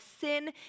sin